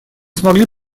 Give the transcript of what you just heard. смогли